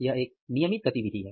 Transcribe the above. यह एक नियमित गतिविधि है